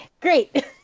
great